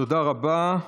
תודה רבה.